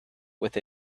with